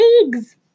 eggs